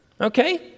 okay